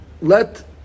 Let